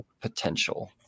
potential